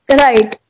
right